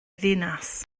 ddinas